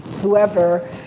whoever